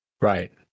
Right